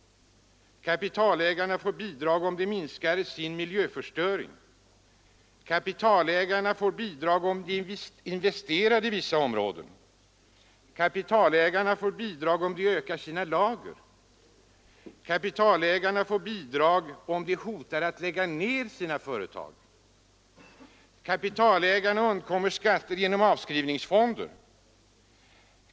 Kapitalägarna får bidrag om de minskar sin miljöförstöring. Kapitalägarna får bidrag om de investerar i vissa områden. Kapitalägarna får bidrag om de ökar sina lager. Kapitalägarna får bidrag om de hotar att lägga ned sina företag. Kapitalägarna undkommer skatter genom avskrivningsfonder.